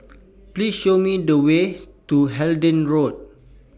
Please Show Me The Way to Hindhede Road